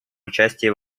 участии